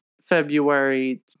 February